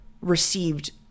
received